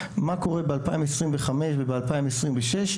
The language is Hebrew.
מה קורה ב-2025 וב-2026,